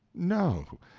no.